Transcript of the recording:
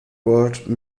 world